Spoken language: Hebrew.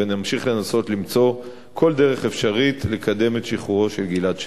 ונמשיך לנסות למצוא כל דרך אפשרית לקדם את שחרורו של גלעד שליט.